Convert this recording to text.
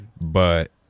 But-